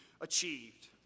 achieved